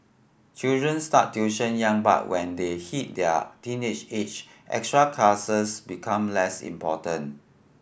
children start tuition young but when they hit their teenage age extra classes become less important